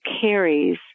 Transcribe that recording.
carries